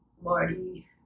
Marty